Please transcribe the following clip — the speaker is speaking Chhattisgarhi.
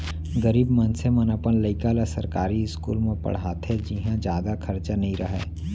गरीब मनसे मन अपन लइका ल सरकारी इस्कूल म पड़हाथे जिंहा जादा खरचा नइ रहय